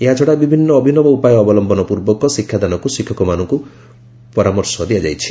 ଏହାଛଡ଼ା ବିଭିନ୍ନ ଅଭିନବ ଉପାୟ ଅବଲମ୍ଘନ ପୂର୍ବକ ଶିକ୍ଷାଦାନକୁ ଶିକ୍ଷକମାନଙ୍କୁ ପରାମର୍ଶ ଦିଆଯାଇଛି